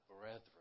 brethren